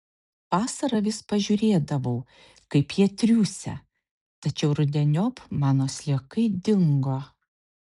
vasarą vis pažiūrėdavau kaip jie triūsia tačiau rudeniop mano sliekai dingo